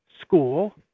school